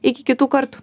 iki kitų kartų